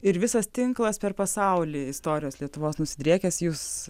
ir visas tinklas per pasaulį istorijos lietuvos nusidriekęs jūs